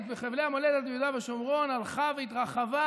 בחבלי המולדת ביהודה ושומרון הלכה והתרחבה,